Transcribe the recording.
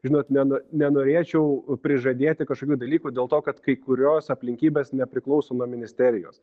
žinot neno nenorėčiau prižadėti kažkokių dalykų dėl to kad kai kurios aplinkybės nepriklauso nuo ministerijos